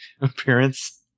appearance